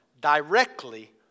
directly